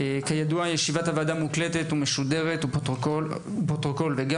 כידוע ישבית הוועדה מוקלטת ומשודרת לפרוטוקול וגם